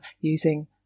using